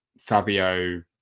Fabio